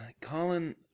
Colin